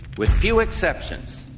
with few exceptions,